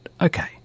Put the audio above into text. Okay